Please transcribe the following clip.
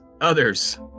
others